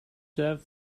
serve